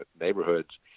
neighborhoods